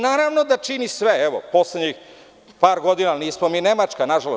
Naravno da čini sve, evo poslednjih par godina, nismo mi Nemačka na žalost.